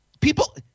people